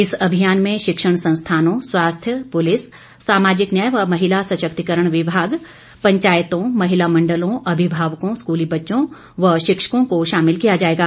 इस अभियान में शिक्षण संस्थानों स्वास्थ्य पुलिस सामाजिक न्याय व महिला सशक्तिकरण विभाग पंचायतों महिला मंडलों अभिभावकों स्कूली बच्चों व शिक्षकों को शामिल किया जाएगा